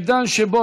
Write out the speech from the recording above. איתן כבל,